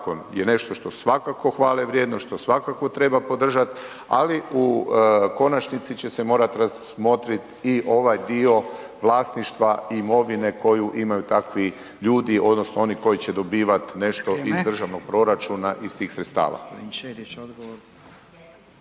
zakon je nešto što je svakako hvale vrijedno, što svakako treba podržati, ali u konačnici će se morati razmotriti i ovaj dio vlasništva, imovine koju imaju takvi ljudi odnosno oni koji će dobivati nešto …/Upadica: Vrijeme./… iz državnog proračuna iz tih sredstava.